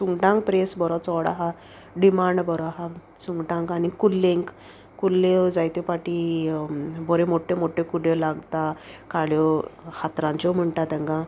सुंगटांक press बरो चोड आहा डिमांड बरो आहा सुंगटांक आनी कुल्लेंक कुल्ल्यो जायत्यो पाटी बऱ्यो मोट्यो मोट्यो कुड्यो लागता काड्यो हातरांच्यो म्हणटा तेंकां